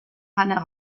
eine